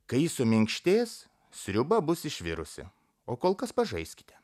kai ji suminkštės sriuba bus išvirusi o kol kas pažaiskite